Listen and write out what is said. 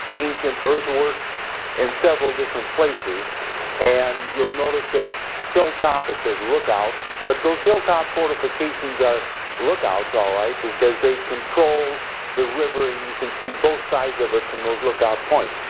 ancient earthworks in several different places and you'll notice that hilltop, it says lookout but those hilltop fortifications are lookouts alright because they control the river and you cans see both sides of it from those lookout points,